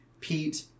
Pete